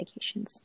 medications